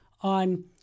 on